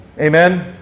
Amen